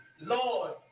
Lord